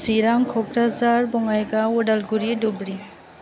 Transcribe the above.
Chirang Kokrajhar Bongaigaon Udalguri Dhubri